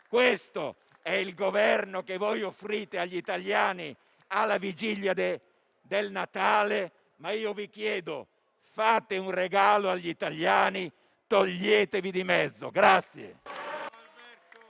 Questo è il Governo che voi offrite agli italiani alla vigilia del Natale, ma io vi chiedo di fare un regalo agli italiani: toglietevi di mezzo.